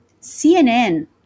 CNN